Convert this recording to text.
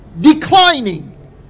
declining